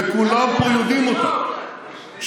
וכולם פה יודעים אותה,